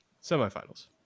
Semi-finals